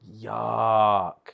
Yuck